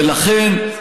ולכן,